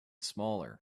smaller